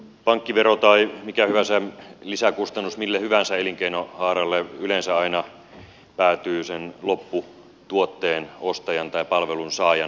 pankkivero tai mikä hyvänsä lisäkustannus mille hyvänsä elinkeinohaaralle yleensä aina päätyy sen lopputuotteen ostajan tai palvelun saajan maksettavaksi